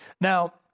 Now